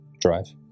drive